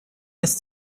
ist